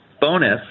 bonus